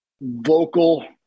vocal